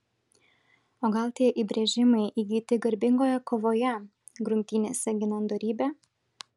o gal tie įbrėžimai įgyti garbingoje kovoje grumtynėse ginant dorybę